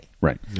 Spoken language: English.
Right